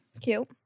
Cute